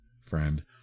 friend